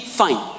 fine